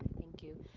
thank you.